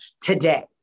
today